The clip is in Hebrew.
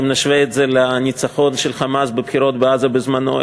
אם נשווה את זה לניצחון של "חמאס" בבחירות בעזה בזמנו.